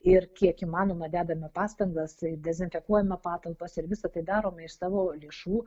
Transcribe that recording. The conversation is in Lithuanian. ir kiek įmanoma dedame pastangas dezinfekuojame patalpas ir visa tai darome iš savo lėšų